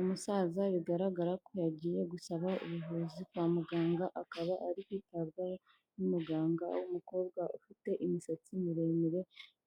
Umusaza bigaragara ko yagiye gusaba ubuvuzi kwa muganga akaba ari kwitabwaho n'umuganga w'umukobwa ufite imisatsi miremire